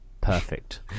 perfect